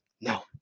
No